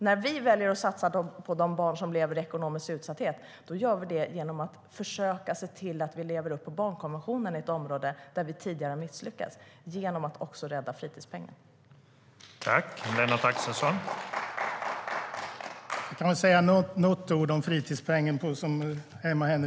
När vi väljer att satsa på de barn som lever i ekonomisk utsatthet gör vi det genom att försöka se till att vi lever upp till barnkonventionen på ett område där vi tidigare har misslyckats, genom att också rädda fritidspengen.